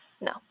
No